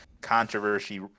controversy